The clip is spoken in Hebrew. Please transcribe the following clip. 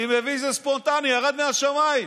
אני מבין שזה ספונטני, ירד מהשמיים.